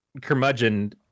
curmudgeon